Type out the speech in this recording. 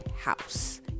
House